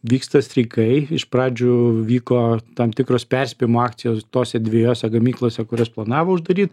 vyksta streikai iš pradžių vyko tam tikros perspėjimo akcijos tose dviejose gamyklose kurias planavo uždaryt